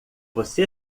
você